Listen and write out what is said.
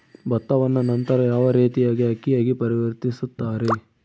ಭತ್ತವನ್ನ ನಂತರ ಯಾವ ರೇತಿಯಾಗಿ ಅಕ್ಕಿಯಾಗಿ ಪರಿವರ್ತಿಸುತ್ತಾರೆ?